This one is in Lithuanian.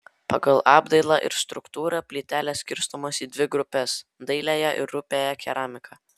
pagal apdailą ir struktūrą plytelės skirstomos į dvi grupes dailiąją ir rupiąją keramiką